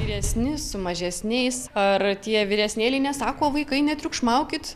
vyresni su mažesniais ar tie vyresnėliai nesako vaikai netriukšmaukit